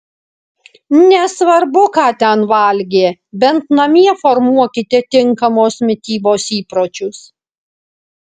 nesvarbu ką ten valgė bent namie formuokite tinkamos mitybos įpročius